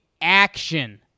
Action